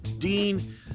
Dean